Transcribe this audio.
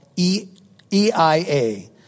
E-I-A